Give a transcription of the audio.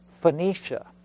Phoenicia